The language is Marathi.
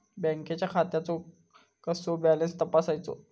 बँकेच्या खात्याचो कसो बॅलन्स तपासायचो?